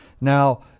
Now